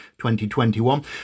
2021